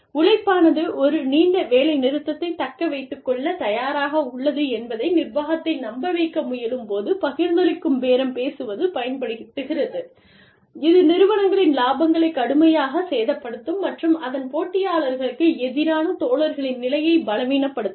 உழைப்பானது ஒரு நீண்ட வேலைநிறுத்தத்தைத் தக்க வைத்துக் கொள்ளத் தயாராக உள்ளது என்பதை நிர்வாகத்தை நம்ப வைக்க முயலும்போது பகிர்ந்தளிக்கும் பேரம் பேசுவது பயன்படுத்துகிறது இது நிறுவனங்களின் இலாபங்களைக் கடுமையாகச் சேதப்படுத்தும் மற்றும் அதன் போட்டியாளர்களுக்கு எதிரான தோழர்களின் நிலையைப் பலவீனப்படுத்தும்